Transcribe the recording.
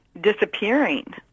Disappearing